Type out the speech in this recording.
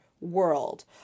world